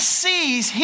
sees